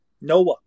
Noah